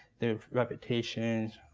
there's reputations.